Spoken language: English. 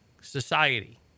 society